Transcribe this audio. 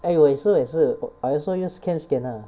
eh 我也是我也是 I also use cam scanner